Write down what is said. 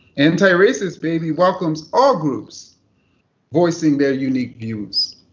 antiracist baby welcomes all groups voicing their unique views.